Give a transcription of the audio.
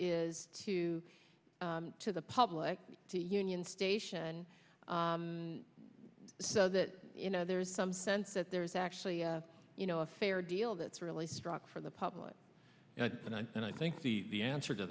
is to to the public to union station so that you know there is some sense that there is actually you know a fair deal that's really struck for the public and i think the the answer to